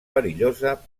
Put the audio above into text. perillosa